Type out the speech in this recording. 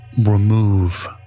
remove